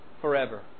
forever